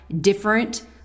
different